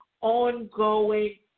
ongoing